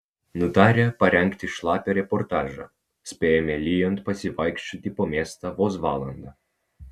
nutarę parengti šlapią reportažą spėjome lyjant pasivaikščioti po miestą vos valandą